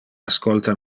ascolta